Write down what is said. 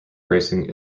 bracing